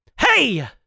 Hey